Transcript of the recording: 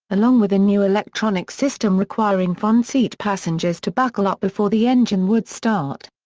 along with a new electronic system requiring front seat passengers to buckle up before the engine would start.